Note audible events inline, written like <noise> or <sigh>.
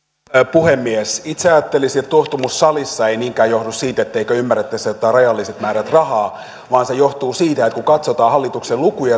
puhemies itse ajattelisin että tuohtumus salissa ei niinkään johdu siitä etteikö ymmärrettäisi että on rajalliset määrät rahaa vaan se johtuu siitä että kun katsotaan hallituksen lukuja <unintelligible>